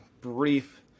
brief